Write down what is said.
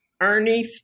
Ernie